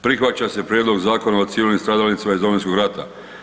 Prihvaća se Prijedlog zakona o civilnim stradalnicima iz Domovinskog rata.